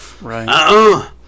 Right